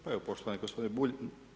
Pa evo poštovani gospodine Bulj.